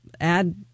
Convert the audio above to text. add